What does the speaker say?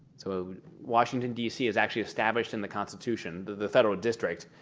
so washington, d c. is actually established in the constitution. the the federal district,